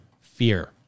fear